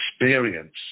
experience